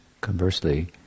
conversely